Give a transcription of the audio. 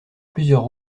plusieurs